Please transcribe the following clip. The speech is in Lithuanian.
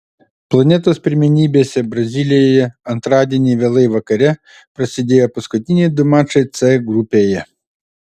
planetos pirmenybėse brazilijoje antradienį vėlai vakare prasidėjo paskutiniai du mačai c grupėje